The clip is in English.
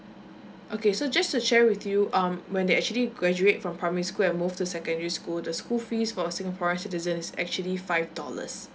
okay so just to share with you um when they actually graduate from primary school and move to secondary school the school fees for singaporean citizen is actually five dollars